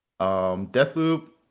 Deathloop